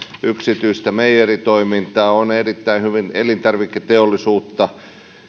yksityistä meijeritoimintaa on erittäin hyvin elintarviketeollisuutta